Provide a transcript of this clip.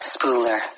Spooler